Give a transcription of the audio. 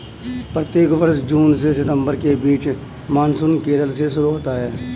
प्रत्येक वर्ष जून से सितंबर के बीच मानसून केरल से शुरू होता है